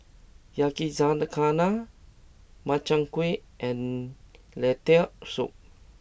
Yakizakana Makchang Gui and Lentil Soup